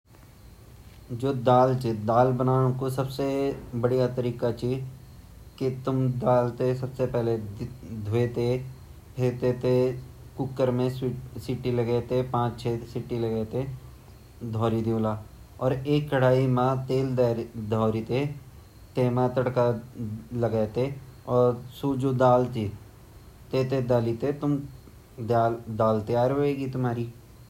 मासुरे दाल जु ची उ हमा खेतु मा वोनी हल लगे ते वे मसूर बोना अर ता वेमाबे हामु दाल मिलन अर वे दाल मिलना बाद हम वेते पाकोल, पाकोंडो ते वे दाल ते हम कुकर मा पाणी मा द्वे-धा ते आपा हिसाब से पाणी लगेते ऊबान रखन अर मसूरे दाल माँ ज़्यादा से ज़्यादा द्वी या तीन सीटी मान अर बस इन पके पुके ते वेमा तड़का लगे दयोंड जेगा हिसाब से जु जन तड़का खान आपा हिसाब से अछू से तड़का लगे ते नमक वगेरा डाल के खे ल्योनड।